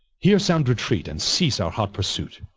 here sound retreat, and cease our hot pursuit.